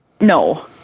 No